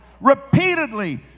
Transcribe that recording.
Repeatedly